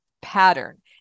pattern